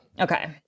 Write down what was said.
Okay